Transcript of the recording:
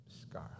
scar